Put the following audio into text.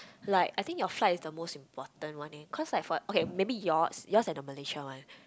like I think your flight is the most important one leh cause like for okay maybe yours yours at the malaysia one